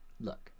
look